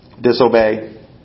disobey